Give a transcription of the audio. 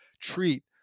treat